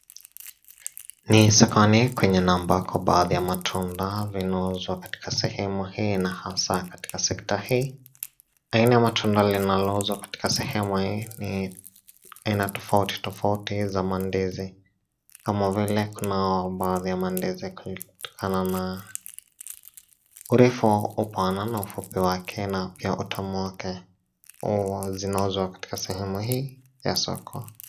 Ni sokoni kwenye ni ambako baadhi ya matunda inauzwa katika sehemu hiii na asa katika sekta hii. Haina ya matunda iinayouzwa katika sehemu hiii ni haina tofautitofauti za mandizi. Kama vike kuna baadhi ya mandizi yakutokana urefu upana na ufupi wake na pia utamu wake huwa zinauzwa katika sehemu hii ya soko.